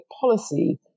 policy